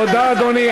תודה, אדוני.